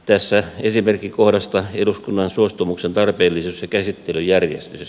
tässä esimerkki kohdasta eduskunnan suostumuksen tarpeellisuus ja käsittelyjärjestys